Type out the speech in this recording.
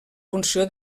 funció